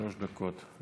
שלוש דקות.